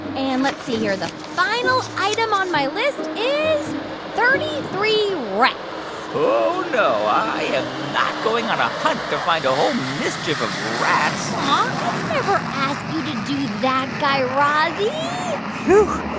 and let's see here the final item on my list is thirty three rats oh, no, i am not going on a hunt to find a whole mischief of rats aw, i'd never ask you to do that, guy raz-y whew.